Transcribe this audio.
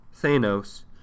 Thanos